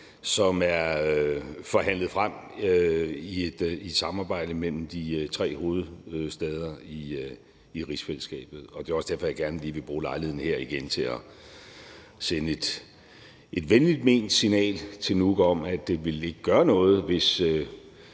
som er forhandlet frem i et samarbejde mellem de tre hovedstæder i rigsfællesskabet. Det er også derfor, jeg gerne lige vil bruge lejligheden her igen til at sende et venligt ment signal til Nuuk om, at det ikke ville gøre noget, hvis